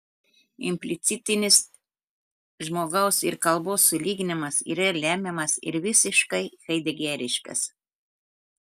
implicitinis žmogaus ir kalbos sulyginimas yra lemiamas ir visiškai haidegeriškas